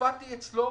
והופעתי אצלו